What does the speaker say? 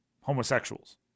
homosexuals